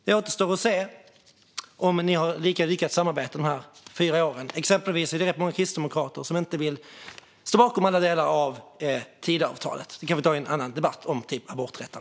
Det återstår att se om ni har ett lika lyckat samarbete dessa fyra år. Exempelvis är det rätt många kristdemokrater som inte står bakom alla delar av Tidöavtalet. Det kan vi ta i en annan debatt, till exempel om aborträtten.